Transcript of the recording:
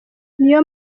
niyo